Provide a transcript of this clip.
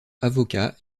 avocat